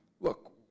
look